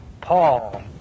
Paul